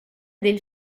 del